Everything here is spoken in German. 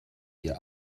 ihr